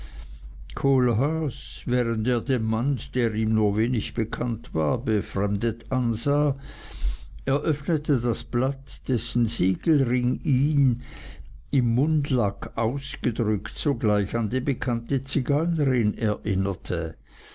während er den mann der ihm nur wenig bekannt war befremdet ansah eröffnete das blatt dessen siegelring ihn im mundlack ausgedrückt sogleich an die bekannte zigeunerin erinnerte